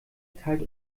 teilt